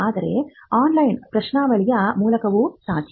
ಆದರೆ ಆನ್ಲೈನ್ ಪ್ರಶ್ನಾವಳಿಯ ಮೂಲಕವೂ ಸಾಧ್ಯ